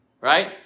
Right